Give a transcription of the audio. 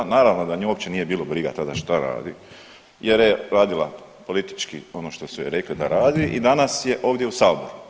Naravno da nju uopće nije bilo briga tada šta radi jer je radila politički ono što su joj rekli da radi i danas je ovdje u Saboru.